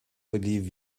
believe